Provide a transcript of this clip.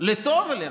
לטוב ולרע,